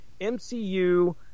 MCU